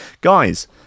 Guys